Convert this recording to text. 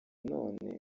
none